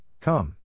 Come